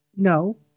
No